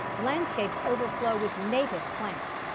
landscapes overflow with native plants.